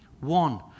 one